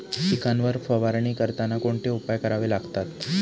पिकांवर फवारणी करताना कोणते उपाय करावे लागतात?